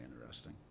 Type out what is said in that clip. interesting